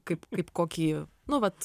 kaip kaip kokį nu vat